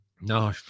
No